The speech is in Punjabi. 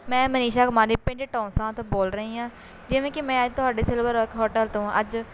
ਮੈਂ ਮਨੀਸ਼ਾ ਕੁਮਾਰੀ ਪਿੰਡ ਢੌਂਸਾ ਤੋਂ ਬੋਲ ਰਹੀ ਹਾਂ ਜਿਵੇਂ ਕਿ ਮੈਂ ਅੱਜ ਤੁਹਾਡੇ ਸਿਲਵਰ ਰੋਕ ਹੋਟਲ ਤੋਂ ਅੱਜ